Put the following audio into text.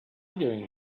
doing